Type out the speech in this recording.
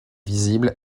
visible